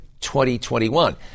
2021